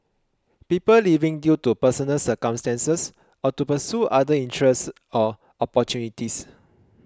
people leaving due to personal circumstances or to pursue other interests or opportunities